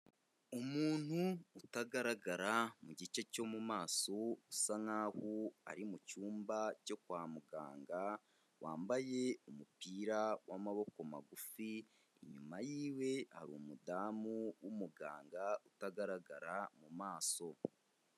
Umuntu utagaragara mu gice cyo mu maso usa nk'aho ari mu cyumba cyo kwa muganga, wambaye umupira w'amaboko magufi, inyuma yiwe hari umudamu w'umuganga utagaragara mu maso.